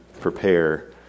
prepare